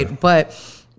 But-